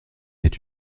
est